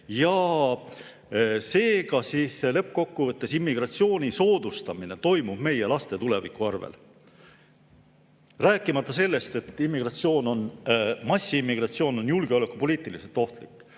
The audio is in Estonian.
Seega lõppkokkuvõttes immigratsiooni soodustamine toimub meie laste tuleviku arvel. Rääkimata sellest, et massiimmigratsioon on julgeolekupoliitiliselt ohtlik.